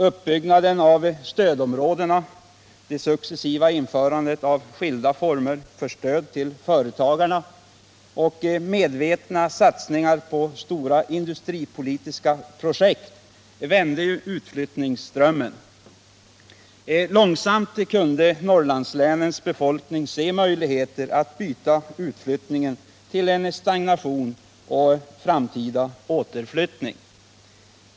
Uppbyggnaden av stödområdena, det successiva införandet av skilda former för stöd till företagarna och medvetna satsningar på stora industripolitiska projekt vände utflyttningsströmmen. Långsamt kunde Norrlandslänens befolkning börja se möjligheter att hejda utflyttningen och stagnationen och att i stället framdeles få en återflyttning till stånd.